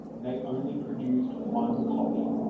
they only produced one copy,